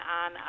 on